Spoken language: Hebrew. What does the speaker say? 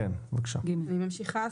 אני ממשיכה.